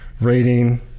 rating